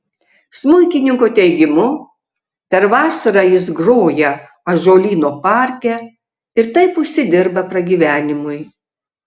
smuikininko teigimu per vasarą jis groja ąžuolyno parke ir taip užsidirba pragyvenimui